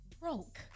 broke